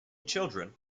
children